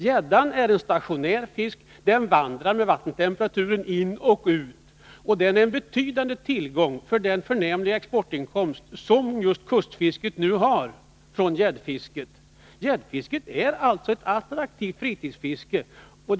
Gäddan är en stationär fisk. Den vandrar med vattentemperaturen in och ut. Och den är en betydande tillgång och innebär en förnämlig | exportinkomst för kustfisket. Gäddfisket är också ett attraktivt fritidsfiskes objekt.